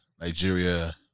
nigeria